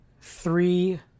three